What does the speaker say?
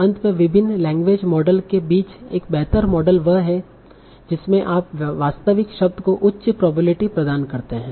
अंत में विभिन्न लैंग्वेज मॉडल के बीच एक बेहतर मॉडल वह है जिसमे आप वास्तविक शब्द को उच्च प्रोबेबिलिटी प्रदान करते है